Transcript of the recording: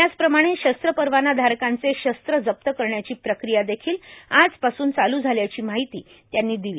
याचप्रमाणे शस्त्र परवाना धारकांचे शस्त्र जप्त करण्याची प्रक्रिया देखील आजपासून चालू झाली असल्याचं त्यांनी सांगितलं